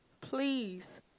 Please